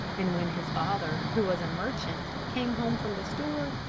and when his father, who was a merchant, came home from the store,